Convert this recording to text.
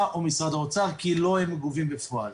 או האוצר כי לא הם גובים בפועל.